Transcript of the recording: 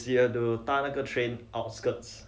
yes you have to 搭那个 train outskirts